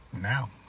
now